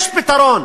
יש פתרון,